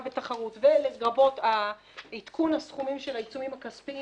בתחרות ולגבות עדכון הסכומים של העיצומים הכספיים